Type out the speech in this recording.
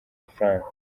mafaranga